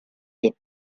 des